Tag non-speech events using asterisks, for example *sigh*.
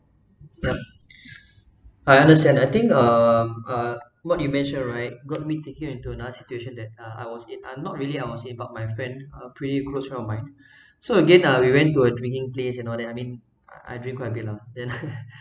I understand I think uh uh what you mention right got me thinking into another situation that uh I was at ah not really I was in but my friend uh pretty close one of mine so again ah we went to a drinking place and all that I mean I drink quite a bit lah then *laughs*